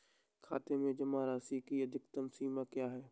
खाते में जमा राशि की अधिकतम सीमा क्या है?